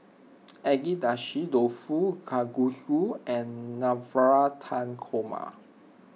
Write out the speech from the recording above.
Agedashi Dofu Kalguksu and Navratan Korma